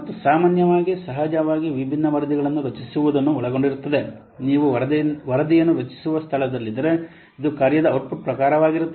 ಮತ್ತು ಸಾಮಾನ್ಯವಾಗಿ ಸಹಜವಾಗಿ ವಿಭಿನ್ನ ವರದಿಗಳನ್ನು ರಚಿಸುವುದನ್ನು ಒಳಗೊಂಡಿರುತ್ತದೆ ನೀವು ವರದಿಯನ್ನು ರಚಿಸುವ ಸ್ಥಳದಲ್ಲಿದ್ದರೆ ಇದು ಕಾರ್ಯದ ಔಟ್ಪುಟ್ ಪ್ರಕಾರವಾಗಿರುತ್ತದೆ